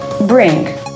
bring